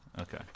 Okay